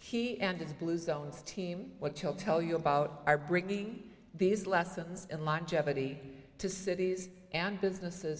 he and his blue zones team what chill tell you about are bringing these lessons and longevity to cities and businesses